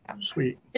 Sweet